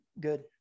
good